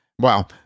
Wow